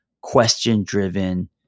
question-driven